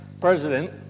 president